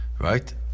Right